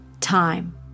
time